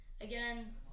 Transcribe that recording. again